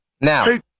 now